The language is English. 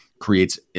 creates